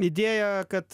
idėja kad